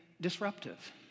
disruptive